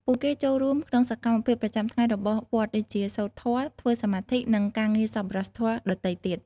ពួកគេចូលរួមក្នុងសកម្មភាពប្រចាំថ្ងៃរបស់វត្តដូចជា សូត្រធម៌ ធ្វើសមាធិ និងការងារសប្បុរសធម៌ដទៃទៀត។